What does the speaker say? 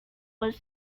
was